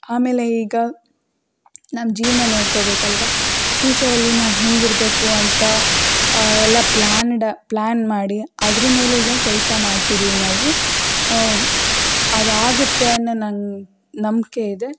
ಆಮೇಲೆ ಈಗ ನಮ್ಮ ಜೀವನ ನೋಡ್ಕೊಬೇಕಲ್ವಾ ಫ್ಯೂಚರಲ್ಲಿ ನಾವು ಹೆಂಗೆ ಇರಬೇಕು ಅಂತ ಎಲ್ಲ ಪ್ಲಾನಡ್ ಪ್ಲಾನ್ ಮಾಡಿ ಅದರ ಮೇಲೆ ಈಗ ಕೆಲಸ ಮಾಡ್ತಿದ್ದೀವಿ ನಾವು ಅದಾಗತ್ತೆ ಅನ್ನೋ ನನ್ನ ನಂಬಿಕೆ ಇದೆ